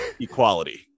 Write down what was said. equality